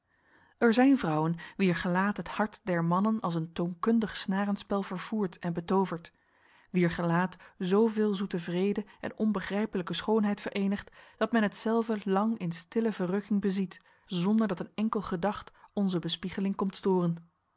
er zijn vrouwen wier gelaat het hart der mannen als een toonkundig snarenspel vervoert en betovert wier gelaat zoveel zoete vrede en onbegrijpelijke schoonheid verenigt dat men hetzelve lang in stille verrukking beziet zonder dat een enkel gedacht onze bespiegeling komt storen